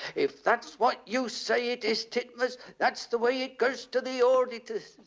if that's what you say it is titmuss that's the way it goes to the auditors.